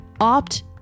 Opt